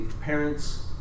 parents